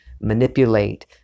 manipulate